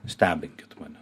stebinkit mane